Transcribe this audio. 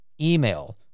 email